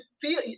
feel